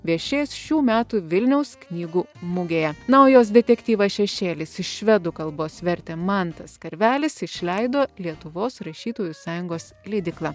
viešės šių metų vilniaus knygų mugėje na o jos detektyvą šešėlis iš švedų kalbos vertė mantas karvelis išleido lietuvos rašytojų sąjungos leidykla